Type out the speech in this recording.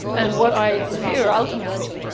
and what i fear, ultimately,